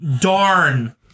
Darn